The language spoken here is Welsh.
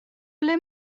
ble